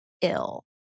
ill